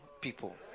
people